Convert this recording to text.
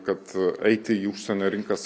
kad eiti į užsienio rinkas